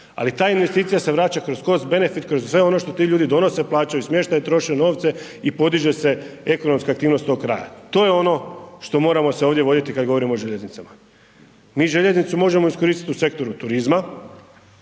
ali ta investicija se vraća kroz cost-benefit, kroz sve ono što ti ljudi donose, plaćaju smještaj, troše novce i podiže se ekonomska aktivnost tog kraja, to je ono što moramo se ovdje voditi kad govorimo o željeznicama. Mi željeznicu možemo iskoristiti u sektoru turizma,